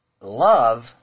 love